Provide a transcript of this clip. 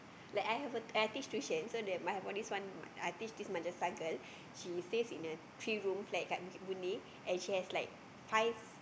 like I have a I teach tuition so they my all have this one I teach this madrasah girl she stays in a three room flat dekat bukit Boon-Lay and she has like five